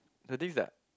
the thing is that